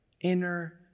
inner